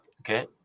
okay